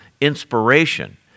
inspiration